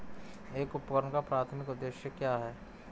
एक उपकरण का प्राथमिक उद्देश्य क्या है?